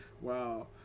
wow